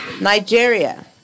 Nigeria